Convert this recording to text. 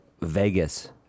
Vegas